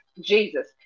Jesus